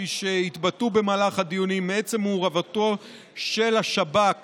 כפי שהתבטאו במהלך הדיונים, מעצם מעורבות של השב"כ